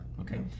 okay